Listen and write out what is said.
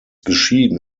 geschieden